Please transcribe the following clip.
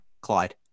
Clyde